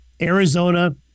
Arizona